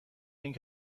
این